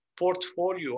portfolio